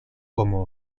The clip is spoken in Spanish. como